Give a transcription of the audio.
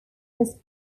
his